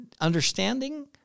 Understanding